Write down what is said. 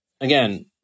again